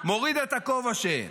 מוריד את הכובע שאין.